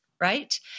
right